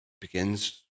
begins